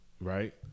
right